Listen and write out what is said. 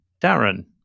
Darren